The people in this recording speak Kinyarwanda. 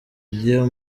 deo